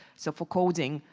so for coding,